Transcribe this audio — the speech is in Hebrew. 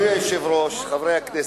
אדוני היושב-ראש, חברי הכנסת,